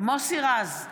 מוסי רז,